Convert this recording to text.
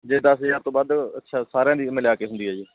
ਜੇ ਦਸ ਹਜ਼ਾਰ ਤੋਂ ਵੱਧ ਅੱਛਾ ਸਾਰਿਆਂ ਦੀ ਮਿਲਾ ਕੇ ਹੁੰਦੀ ਹੈ ਜੀ